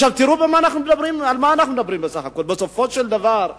תראו על מה אנחנו מדברים, בסך הכול: בסופו של דבר,